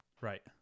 Right